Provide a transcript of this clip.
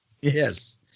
Yes